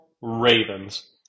Ravens